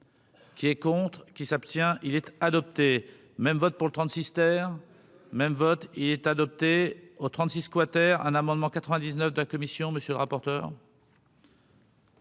Qui est contre qui s'abstient-il être adopté même vote pour le trente Sister même vote il est adopté au 36 squatter un amendement 99 de la commission, monsieur le rapporteur.